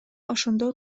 ошондой